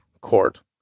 Court